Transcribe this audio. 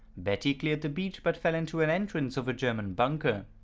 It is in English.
betty cleared the beach but fell into an entrance of a german bunker.